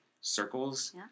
circles